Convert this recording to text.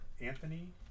Anthony